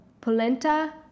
Polenta